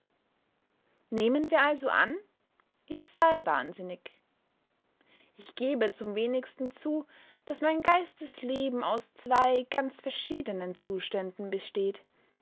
nehmen wir also an ich sei wahnsinnig ich gebe zum wenigsten zu daß mein geistesleben aus zwei ganz verschiedenen zuständen besteht